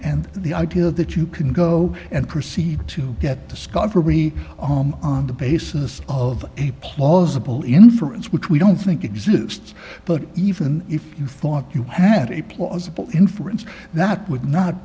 and the idea that you can go and proceed to get discovery on the basis of a plausible inference which we don't think exists but even if you thought you had a plausible inference that would not